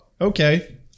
okay